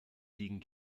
liegen